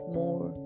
more